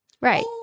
Right